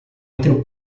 entre